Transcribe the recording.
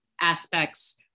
aspects